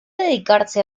dedicarse